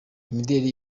imideli